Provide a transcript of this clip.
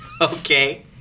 Okay